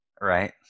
Right